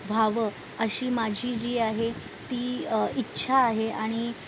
अशी माझी जी आहे ती इच्छा आहे आणि